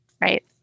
right